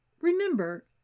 Remember